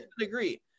agree